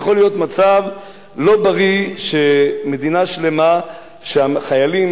יכול להיות מצב לא בריא שבמדינה שלמה החיילים